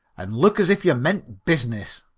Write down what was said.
and look as if you meant business.